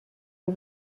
die